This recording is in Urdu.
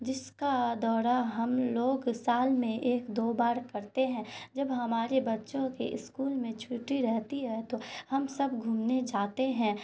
جس کا دورہ ہم لوگ سال میں ایک دو بار کرتے ہیں جب ہمارے بچوں کے اسکول میں چھٹی رہتی ہے تو ہم سب گھومنے جاتے ہیں